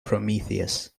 prometheus